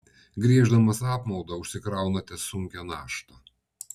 gieždamas apmaudą užsikraunate sunkią naštą